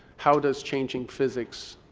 how does changing physics